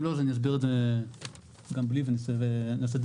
אם לא, אסביר את זה גם בלי ונעשה את זה